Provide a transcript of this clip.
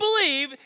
believe